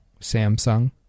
Samsung